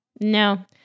No